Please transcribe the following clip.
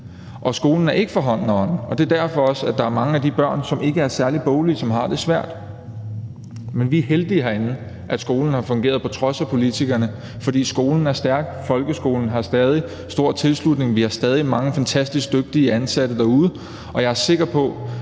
Og skolen er ikke for hånden og ånden. Det er også derfor, der er mange af de børn, som ikke er særlig boglige, som har det svært. Men vi er heldige herinde med, at skolen har fungeret på trods af politikerne, fordi skolen er stærk. Folkeskolen har stadig stor tilslutning. Vi har stadig mange fantastisk dygtige ansatte derude, og jeg er sikker på,